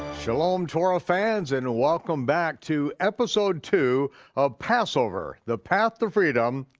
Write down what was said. shalom to our ah fans, and welcome back to episode two of passover the path to freedom,